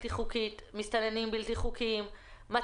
בלתי חוקיים,